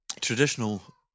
traditional